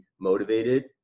motivated